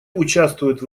участвует